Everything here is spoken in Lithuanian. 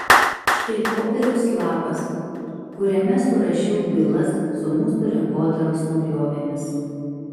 štai popieriaus lapas kuriame surašiau bylas su mūsų rinkodaros naujovėmis